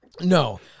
no